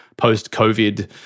post-COVID